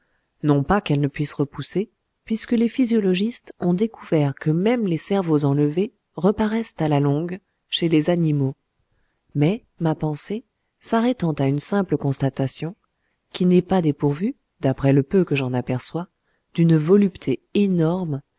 non pas qu'elle ne puisse repousser puisque les physiologistes ont découvert que même les cerveaux enlevés reparaissent à la longue chez les animaux mais ma pensée s'arrêtant à une simple constatation qui n'est pas dépourvue d'après le peu que j'en aperçois d'une volupté énorme